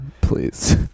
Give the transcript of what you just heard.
please